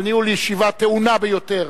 על ניהול ישיבה טעונה ביותר,